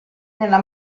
nella